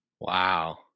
Wow